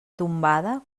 tombada